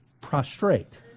prostrate